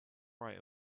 right